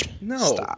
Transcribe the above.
No